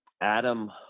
Adam